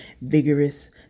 vigorous